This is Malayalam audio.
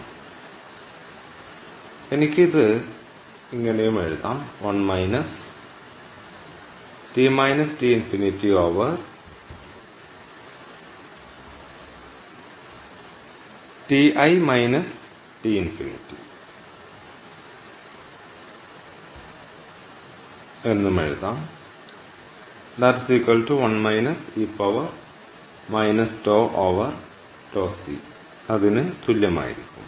അതിനാൽ എനിക്ക് ഇത് എഴുതാം ന് തുല്യമായിരിക്കും